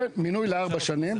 כן, מינוי לארבע שנים.